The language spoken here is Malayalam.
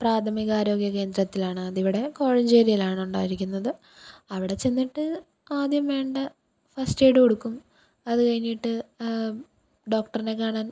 പ്രാഥമിക ആരോഗ്യ കേന്ദ്രത്തിലാണ് അത് ഇവിടെ കോഴഞ്ചേരിയിലാണ് ഉണ്ടായിരിക്കുന്നത് അവിടെ ചെന്നിട്ട് ആദ്യം വേണ്ട ഫസ്റ്റ് എയിഡ് കൊടുക്കും അത് കഴിഞ്ഞിട്ട് ഡോക്ടറിനെ കാണാൻ